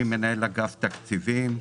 אני מנהל אגף תקציבים,